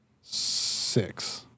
Six